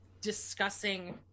discussing